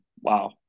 wow